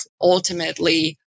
ultimately